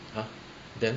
!huh! then